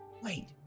Wait